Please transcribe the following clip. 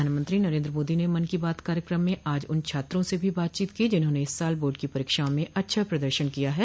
प्रधानमंत्री नरेन्द्र मोदी ने मन की बात कार्यक्रम में आज उन छात्रों से भी बातचीत की जिन्होंने इस साल बोर्ड परीक्षाओं में अच्छा प्रदर्शन किया है